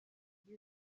user